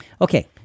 Okay